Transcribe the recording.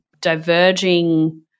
diverging